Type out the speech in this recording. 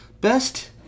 Best